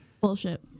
bullshit